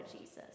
Jesus